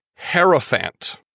Herophant